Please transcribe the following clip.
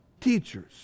teachers